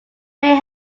may